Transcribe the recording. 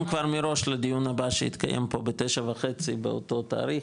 כבר מראש לדיון הבא שיתקיים פה ב-9:30 באותו תאריך,